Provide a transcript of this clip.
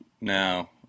now